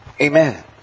Amen